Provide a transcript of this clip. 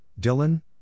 Dylan